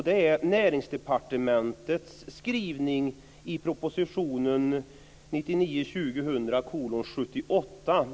Det är från 1999/2000:78.